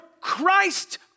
Christ